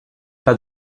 pas